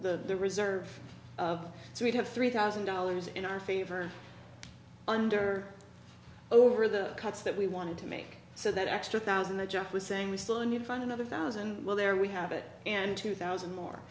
the reserve so we'd have three thousand dollars in our favor under over the cuts that we wanted to make so that extra thousand that jeff was saying we saw and you find another thousand well there we have it and two thousand more